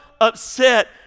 upset